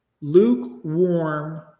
Lukewarm